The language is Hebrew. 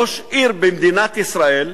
ראש עיר במדינת ישראל,